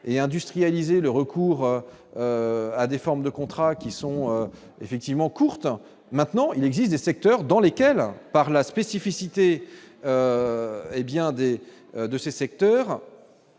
et industrialiser le recours à des formes de contrats qui sont effectivement courte maintenant il existe des secteurs dans lesquels par la spécificité. C'est